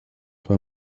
war